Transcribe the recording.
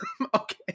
Okay